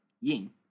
Ying